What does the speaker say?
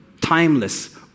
timeless